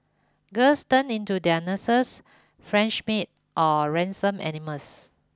girls turn into their nurses French maid or ransom animals